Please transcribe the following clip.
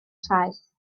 traeth